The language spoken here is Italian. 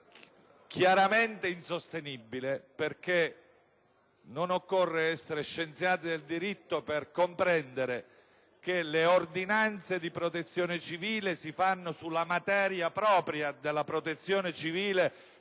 chiaramente insostenibile (perché non occorre essere scienziati del diritto per comprendere che le ordinanze di protezione civile si fanno sulla materia propria della protezione civile